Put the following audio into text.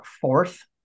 fourth